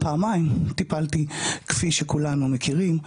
פעמיים טיפלתי כפי שכולנו מכירים,